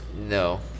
No